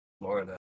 Florida